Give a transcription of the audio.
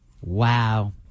Wow